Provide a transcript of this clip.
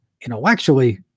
intellectually